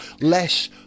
less